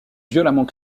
violemment